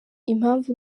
impamvu